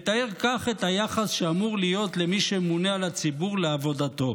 מתאר כך את היחס שאמור להיות למי שממונה על הציבור לעבודתו,